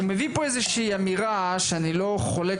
הוא מביא כאן איזושהי אמירה שאני לא חולק